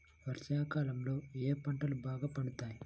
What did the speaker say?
వర్షాకాలంలో ఏ పంటలు బాగా పండుతాయి?